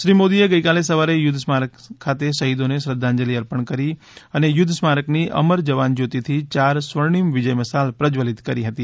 શ્રી મોદીએ ગઈકાલે સવારે યુદ્ધ સ્મારક ખાતે શહીદોને શ્રદ્ધાંજલિ અર્પણ કરી અને યુદ્ધ સ્મારકની અમર જવાન જ્યોતિથી યાર સ્વર્ણિમ વિજય મશાલ પ્રશ્વલિત કરી હતી